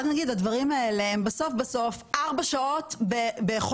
רק נגיד, הדברים האלה הם בסוף ארבע שעות בחודש.